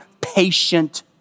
patient